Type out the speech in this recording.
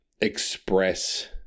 express